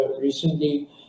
recently